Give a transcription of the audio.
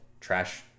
trash